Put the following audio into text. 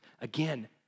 Again